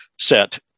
set